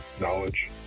Knowledge